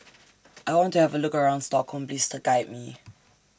I want to Have A Look around Stockholm Please Guide Me